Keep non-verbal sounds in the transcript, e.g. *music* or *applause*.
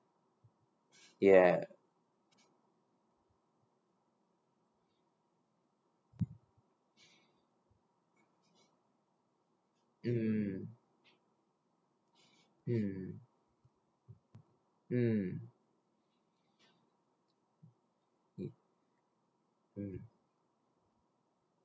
ya *noise* mm mm mm *noise* mm